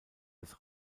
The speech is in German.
des